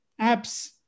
apps